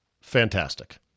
fantastic